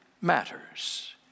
matters